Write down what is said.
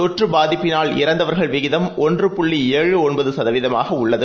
தொற்றுபாதிப்பினால்இறந்தவர்களின்விகிதம்ஒன்றுபுள்ளிஏழுஒன்பதுசதவீத மாகஉள்ளது